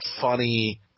funny